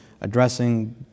addressing